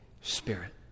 Spirit